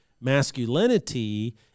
masculinity